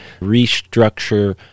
restructure